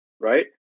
right